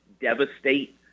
devastate